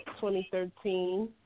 2013